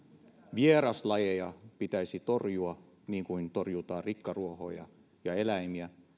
vieraslajeja pitäisi torjua niin kuin torjutaan rikkaruohoja ja eläimiä